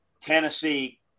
Tennessee